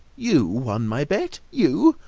you won my bet! you!